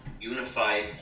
unified